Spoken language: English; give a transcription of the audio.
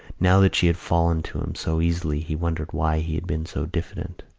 now that she had fallen to him so easily, he wondered why he had been so diffident.